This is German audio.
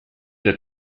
der